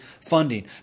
funding